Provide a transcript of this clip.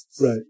Right